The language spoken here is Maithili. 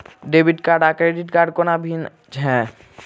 डेबिट कार्ड आ क्रेडिट कोना भिन्न है?